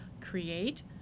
create